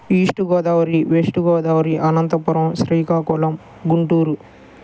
east Godavari west Godavari Anantapuram Srikakulam Guntur